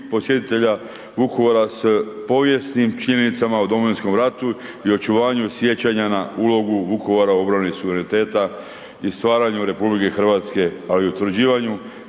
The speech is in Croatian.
posjetitelja Vukovara s povijesnim činjenicama o Domovinskom ratu i očuvanju sjećanja na ulogu Vukovara u obrani suvereniteta i stvaranju RH, ali i utvrđivanju